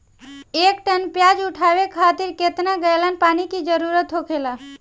एक टन प्याज उठावे खातिर केतना गैलन पानी के जरूरत होखेला?